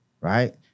right